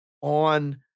on